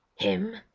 him?